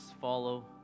follow